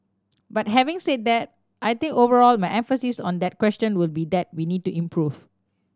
but having said that I think overall my emphasis on that question would be that we need to improve